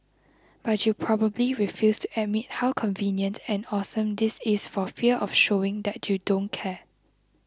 but you probably refuse to admit how convenient and awesome this is for fear of showing that you don't care